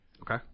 okay